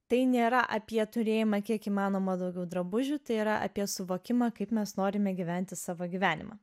tai nėra apie turėjimą kiek įmanoma daugiau drabužių tai yra apie suvokimą kaip mes norime gyventi savo gyvenimą